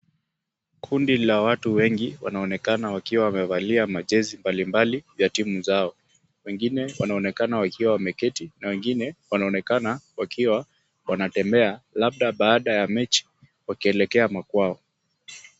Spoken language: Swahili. Kundi la watu wengi wanaonekana wakiwa wamevalia majezi mbalimbali ya timu zao. Wengine wanaonekana wakiwa wameketi na wengine wanaonekana wakiwa wanatembea labda baada ya mechi wakielekea makwao.